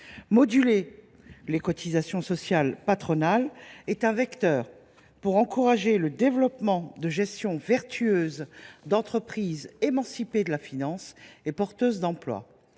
modulation des cotisations sociales patronales nous apparaît comme un vecteur pour encourager le développement d’une gestion vertueuse d’entreprises émancipées de la finance et porteuses d’emplois.